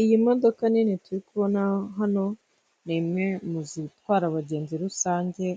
Iyi ni inzu ikoreramo ikigo kizwi cyane mu Rwanda mu gutanga ubwishingizi,